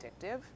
addictive